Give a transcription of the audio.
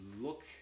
look